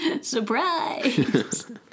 Surprise